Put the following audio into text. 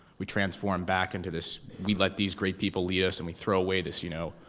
we transform back into this, we let these great people lead us and we throw away this, you know,